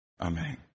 Amen